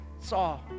saw